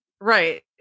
right